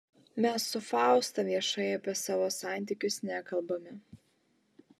mes su fausta viešai apie savo santykius nekalbame